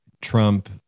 Trump